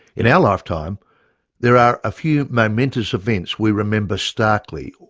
in our lifetime there are a few momentous events we remember starkly,